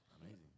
amazing